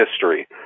history